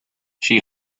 she